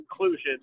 inclusion